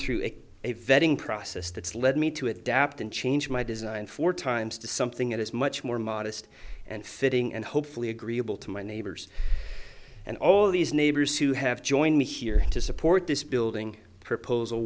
through a vetting process that's led me to adapt and change my design four times to something that is much more modest and fitting and hopefully agreeable to my neighbors and all these neighbors who have joined me here to support this building proposal